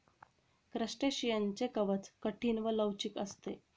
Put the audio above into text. क्रस्टेशियनचे कवच कठीण व लवचिक असते